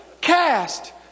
cast